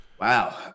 Wow